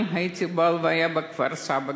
אני הייתי בהלוויה בכפר-סבא.